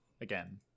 again